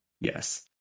yes